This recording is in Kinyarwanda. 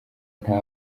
nta